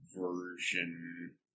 version